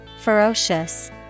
Ferocious